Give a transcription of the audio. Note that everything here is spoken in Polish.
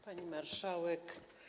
Pani Marszałek!